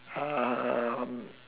um